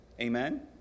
Amen